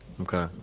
Okay